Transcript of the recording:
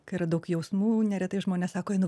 kai yra daug jausmų neretai žmonės sako einu